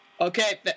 Okay